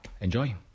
enjoy